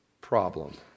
problem